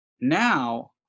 Now